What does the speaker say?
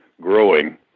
growing